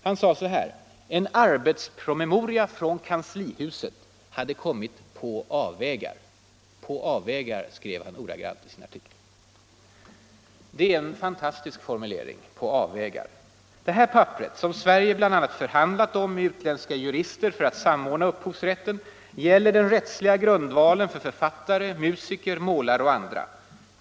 Han skrev i sin artikel att en arbetspromemoria från kanslihuset hade kommit ”på avvägar”. Det är en fantastisk formulering: ”på avvägar”! Detta papper, som Sverige bl.a. förhandlat om med utländska jurister för att samordna upphovsrätten, gäller den rättsliga grundvalen för författare, musiker, målare och andra.